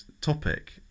topic